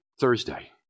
Thursday